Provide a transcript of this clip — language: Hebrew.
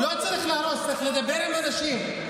לא צריך להרוס, צריך לדבר עם אנשים.